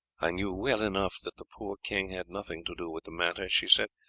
i knew well enough that the poor king had nothing to do with the matter, she said.